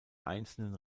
einzelnen